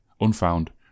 Unfound